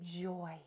joy